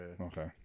Okay